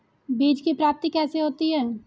बीज की प्राप्ति कैसे होती है?